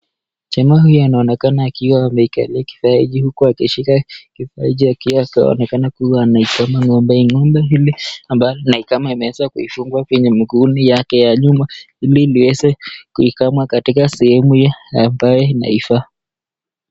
Jamaa huyu anaonekana akiwa amekalia kifaa hiki huku akishika kifaa hichi akiwa anaonekana kuwa anaikama ng'ombe, ng'ombe hili ambayo anaikama ameweza kuifunga kwenye miguuni mwake ya nyuma ili liweze kuikama katika sehemu ambayo inaifaa.